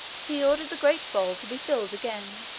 he ordered the great bowl to be filled again,